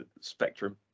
spectrum